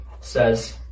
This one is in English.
says